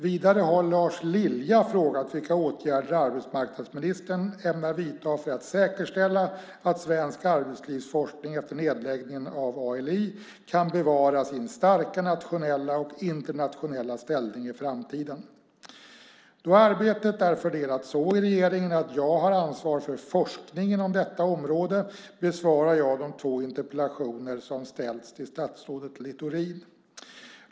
Vidare har Lars Lilja frågat vilka åtgärder arbetsmarknadsministern ämnar vidta för att säkerställa att svensk arbetslivsforskning efter nedläggningen av ALI kan bevara sin starka nationella och internationella ställning i framtiden. Då arbetet är fördelat så i regeringen att jag har ansvaret för forskning inom detta område besvarar jag de två interpellationer som ställts till statsrådet Littorin.